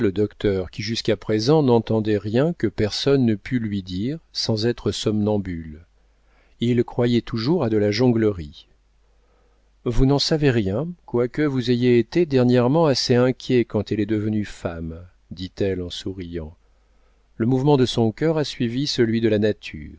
docteur qui jusqu'à présent n'entendait rien que personne ne pût lui dire sans être somnambule il croyait toujours à de la jonglerie vous n'en savez rien quoique vous ayez été dernièrement assez inquiet quand elle est devenue femme dit-elle en souriant le mouvement de son cœur a suivi celui de la